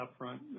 upfront